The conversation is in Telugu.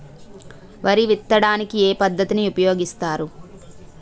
వరి విత్తడానికి ఏ పద్ధతిని ఉపయోగిస్తారు?